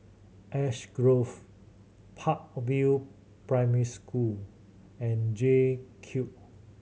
Ash Grove Park View Primary School and J Cube